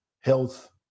health